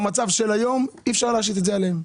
במצב של היום אי אפשר להשית את זה עליהם.